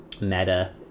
meta